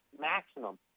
maximum